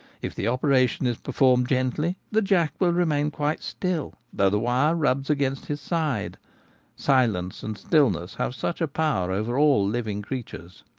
if the operation is performed gently the jack will remain quite still, though the wire rubs against his side silence and stillness have such a power over all living creatures.